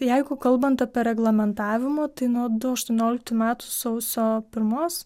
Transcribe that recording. jeigu kalbant apie reglamentavimą tai nuo du aštuonioliktų metų sausio pirmos